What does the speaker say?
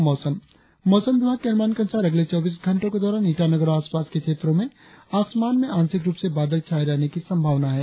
और अब मौसम मौसम विभाग के अनुमान के अनुसार अगले चौबीस घंटो के दौरान ईटानगर और आसपास के क्षेत्रो में आसमान में आंशिक रुप से बादल छाये रहने की संभावना है